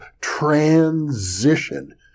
transition